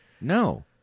No